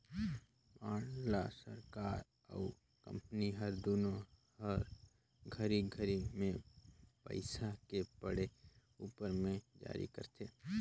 bond ल सरकार हर अउ कंपनी हर दुनो हर घरी घरी मे पइसा के पड़े उपर मे जारी करथे